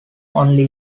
only